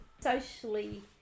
Socially